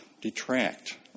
detract